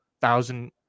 thousand